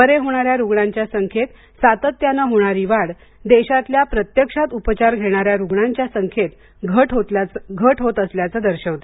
बरे होणाऱ्या रुग्णांच्या संख्येत सातत्यानं होणारी वाढ देशातल्या प्रत्यक्षात उपचार घेणाऱ्या रुग्णांच्या संख्येत घट होत असल्याचं दर्शवते